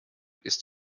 ist